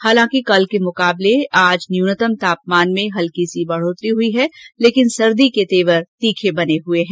हालांकि कल के मुकाबले आज न्यूनतम तापमान में हल्की सी बढ़ोतरी हुई है लेकिन सर्दी के तेवर तीखे बने हुए है